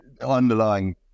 underlying